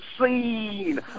seen